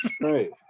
Right